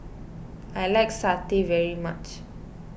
I like Satay very much